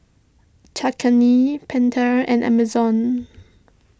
Cakenis Pentel and Amazon